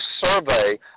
survey